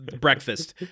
breakfast